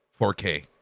4K